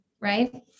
Right